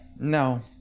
No